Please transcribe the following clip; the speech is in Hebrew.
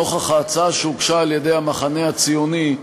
נוכח ההצעה שהוגשה על-ידי המחנה הציוני,